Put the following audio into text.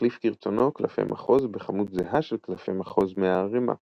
להחליף כרצונו קלפי מחוז בכמות זהה של קלפי מחוז מהערימה.